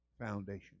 foundation